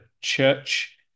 church